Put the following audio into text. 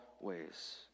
ways